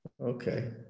Okay